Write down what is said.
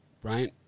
Brian